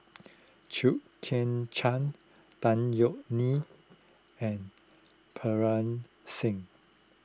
Chew Kheng Chuan Tan Yeok Nee and Singh